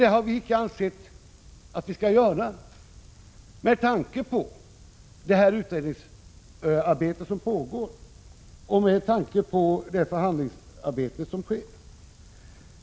Det har vi inte ansett att vi skall göra, med tanke på det utredningsarbete som pågår och de förhandlingar som sker.